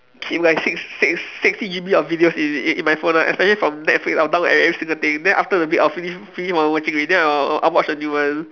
keep my six six sixty G_B of videos in in in my phone lah especially from netflix I will download every every single thing then after the week I'll finish finish watching already then I will I will watch a new one